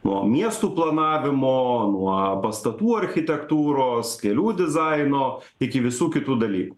nuo miestų planavimo nuo pastatų architektūros kelių dizaino iki visų kitų dalykų